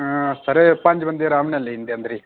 sir पंज बंदे अराम नै लेई आंदे अंदरै ई